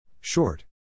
Short